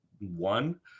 one